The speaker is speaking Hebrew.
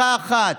משפחה אחת.